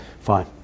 fine